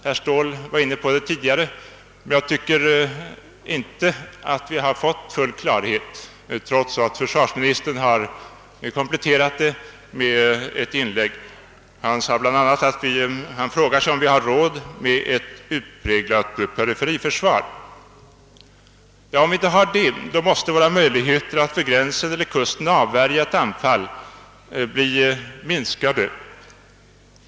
Herr Ståhl var inne på denna fråga tidigare, men jag tycker inte att vi ännu har fått full klarhet, trots att försvarsministern i polemik med herr Ståhl försökt förklara sin inställning. Försvarsministern frågade bl.a., om vi har råd med ett utpräglat periferiförsvar. Ja, har vi inte det, så måste våra möjligheter att avvärja ett anfall vid gränsen eller kusten bli minskade.